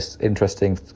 interesting